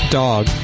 dog